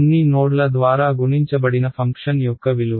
కొన్ని నోడ్ల ద్వారా గుణించబడిన ఫంక్షన్ యొక్క విలువ